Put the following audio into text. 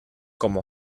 como